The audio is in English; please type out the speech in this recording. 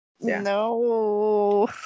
No